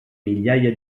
migliaia